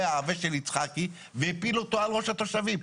העבה של יצחקי והפילו אותו על ראש התושבים,